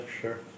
sure